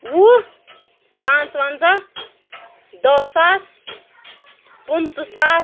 وُہ پانٛژٕ وَنٛزَہ دٔہ ساس پٕنٛژٕہ ساس